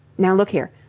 now, look here,